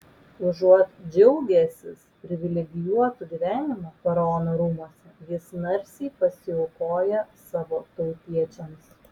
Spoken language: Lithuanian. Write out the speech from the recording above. užuot džiaugęsis privilegijuotu gyvenimu faraono rūmuose jis narsiai pasiaukoja savo tautiečiams